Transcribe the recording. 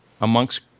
amongst